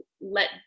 let